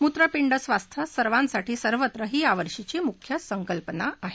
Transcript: मुत्रपिंड स्वास्थ्य सर्वांसाठी सर्वत्र ही या वर्षीची मुख्य संकल्पना आहे